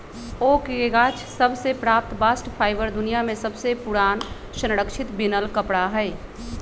oak के गाछ सभ से प्राप्त बास्ट फाइबर दुनिया में सबसे पुरान संरक्षित बिनल कपड़ा हइ